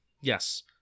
Yes